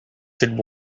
should